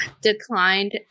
declined